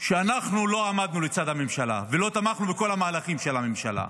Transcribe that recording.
שאנחנו לא עמדנו לצד הממשלה ולא תמכנו בכל המהלכים של הממשלה.